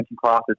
classes